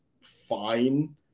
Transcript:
fine